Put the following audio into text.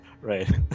Right